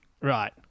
Right